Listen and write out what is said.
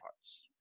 parts